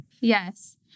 Yes